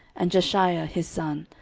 and jeshaiah his son,